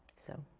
so.